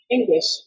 English